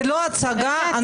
זו לא הצגה, זו האמת.